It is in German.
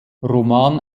roman